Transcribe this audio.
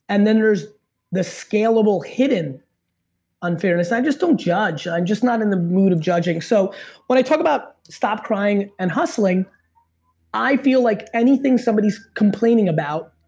and then there's the scalable hidden unfairness. i just don't judge i'm just not in the mood of judging. so when i talk about stop crying and hustling i feel like anything somebody's complaining about,